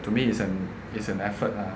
to me is an is an effort lah